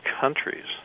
countries